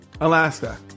alaska